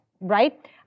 right